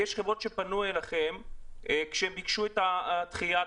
הרי יש חברות שפנו אליכם לבקש את הדחייה.